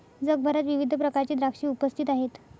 जगभरात विविध प्रकारचे द्राक्षे उपस्थित आहेत